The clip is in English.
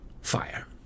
fire